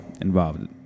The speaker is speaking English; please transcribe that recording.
involved